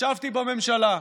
ישבתי בממשלה,